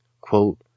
quote